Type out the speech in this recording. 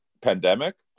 Pandemic